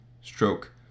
stroke